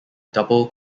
double